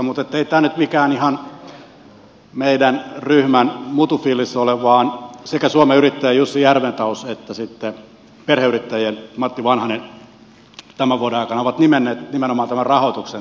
mutta ei tämä nyt mikään ihan meidän ryhmän mutufiilis ole vaan sekä suomen yrittäjien jussi järventaus että perheyritysten liiton matti vanhanen tämän vuoden aikana ovat nimenneet nimenomaan tämän rahoituksen tärkeimmäksi asiaksi